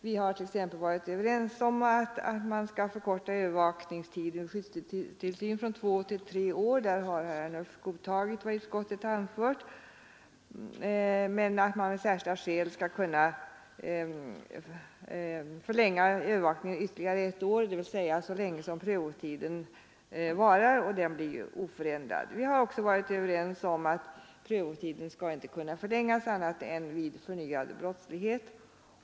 Vi har t.ex. varit överens om att man skall förkorta övervakningstiden vid skyddstillsyn från två till tre år — där har herr Ernulf godtagit vad utskottet anfört — men att man av särskilda skäl skall kunna förlänga övervakningen ytterligare ett år, dvs. så länge prövotiden varar, och den blir ju oförändrad. Vi har också varit överens om att prövotiden inte skall kunna förlängas annat än vid förnyad brottslighet.